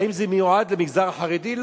האם זה מיועד למגזר החרדי?